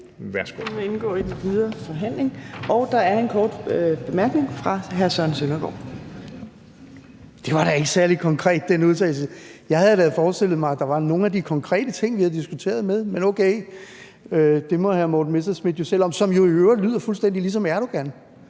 var da ikke særlig konkret. Jeg havde da forestillet mig, at der var nogle af de konkrete ting med, som vi har diskuteret. Men okay, det må hr. Morten Messerschmidt jo selv om – som i øvrigt lyder fuldstændig ligesom Erdogan.